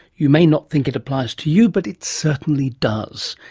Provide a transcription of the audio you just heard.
you may not think it applies to you but it certainly does.